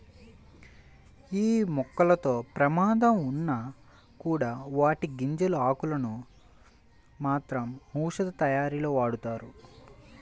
యీ మొక్కలతో ప్రమాదం ఉన్నా కూడా వాటి గింజలు, ఆకులను మాత్రం ఔషధాలతయారీలో వాడతారు